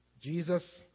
Jesus